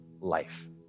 life